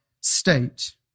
state